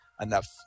enough